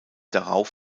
darauf